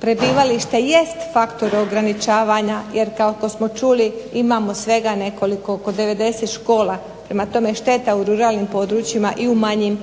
prebivalište jest faktor ograničavanja. Jer kako smo čuli imamo svega nekoliko, oko 90 škola. Prema tome, šteta u ruralnim područjima i manjim